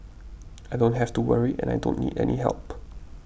I don't have to worry and I don't need any help